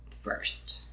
first